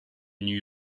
new